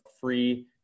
free